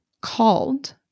called